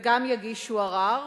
וגם יגישו ערר,